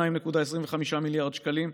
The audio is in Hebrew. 2.25 מיליארד שקלים,